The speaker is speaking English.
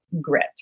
grit